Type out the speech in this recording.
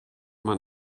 man